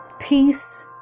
peace